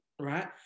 right